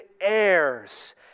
heirs